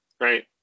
right